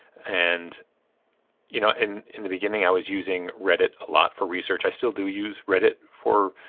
and you know, in in the beginning, i was using reddit a lot for research. i still do use reddit for.